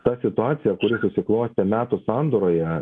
ta situacija kuri susiklostė metų sandūroje